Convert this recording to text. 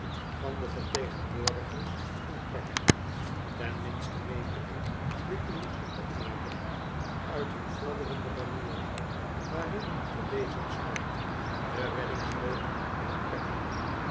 van de vertegenwoordigers van peckham ten minste meende ik dit te moeten opmaken uit hun fladderende banier waarin te lezen stond de reddingsboot van peckham